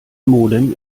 modem